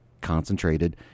concentrated